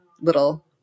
little